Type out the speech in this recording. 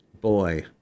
Boy